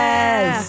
Yes